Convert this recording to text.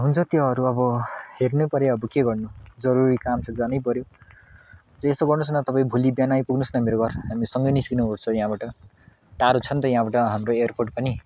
हुन्छ त्योहरू अब हेर्नै पऱ्यो अब के गर्नु जरुरी काम छ जानै पऱ्यो हुन्छ यसो गर्नुहोस् न तपाईँ भोलि बिहान आइपुग्नुहोस् न मेरो घर हामी सँगै निस्किनुपर्छ यहाँबाट टाढो छ नि त यहाँबाट हाम्रो एयरपोर्ट पनि